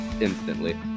instantly